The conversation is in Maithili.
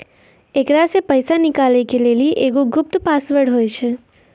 एकरा से पैसा निकालै के लेली एगो गुप्त पासवर्ड होय छै